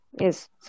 Yes